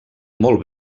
molt